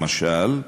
למשל,